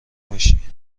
باشی